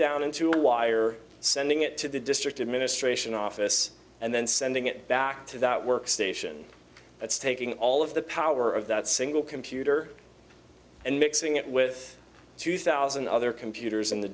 down into a wire sending it to the district administration office and then sending it back to that work station that's taking all of the power of that single computer and mixing it with two thousand other computers in the